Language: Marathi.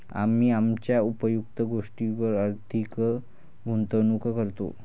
आम्ही आमच्या उपयुक्त गोष्टींवर अधिक गुंतवणूक करतो